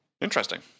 Interesting